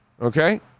Okay